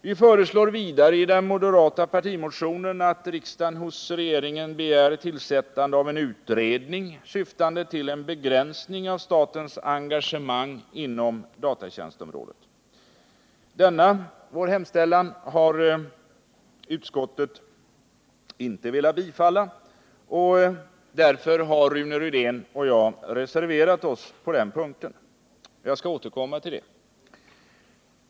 Vi föreslår vidare i den moderata partimotionen, att riksdagen hos regeringen begär tillsättandet av en utredning syftande till en begränsning av statens engagemang inom datatjänstområdet. Denna vår hemställan har utskottet inte velat tillstyrka, och därför har Rune Rydén och jag reserverat oss på den punkten. Jag skall återkomma till detta.